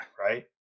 right